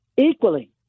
equally